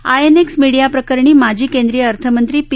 INX media प्रकरणी माजी केंद्रीय अर्थमंत्री पी